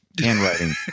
handwriting